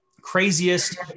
Craziest